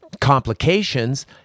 complications